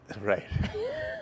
Right